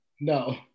No